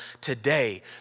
today